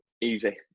Easy